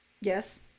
Yes